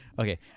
Okay